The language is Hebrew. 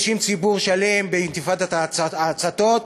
האשים ציבור שלם באינתיפאדת ההצתות,